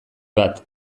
bat